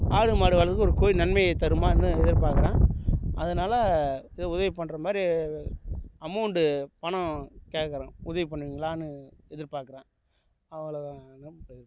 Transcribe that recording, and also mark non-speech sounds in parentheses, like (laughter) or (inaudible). ஆடு மாடு வளக்கிறது ஒரு (unintelligible) நன்மையை தருமான்னு எதிர் பாக்கிறேன் அதனால் ஏதோ உதவி பண்ணுற மாதிரி அமவுண்ட்டு பணம் கேக்கிறேன் உதவி பண்ணுவிங்களான்னு எதிர் பாக்கிறேன் அவ்வளோதான் என்ன பண்ணுறது